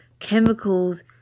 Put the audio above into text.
chemicals